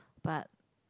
but